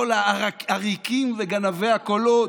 כל העריקים וגנבי הקולות,